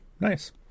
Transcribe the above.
nice